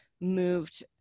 moved –